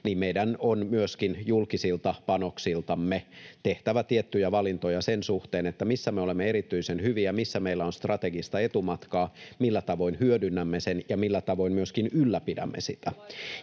meidän on myöskin julkisilta panoksiltamme tehtävä tiettyjä valintoja sen suhteen, missä me olemme erityisen hyviä, missä meillä on strategista etumatkaa, millä tavoin hyödynnämme sen ja millä tavoin myöskin ylläpidämme sitä.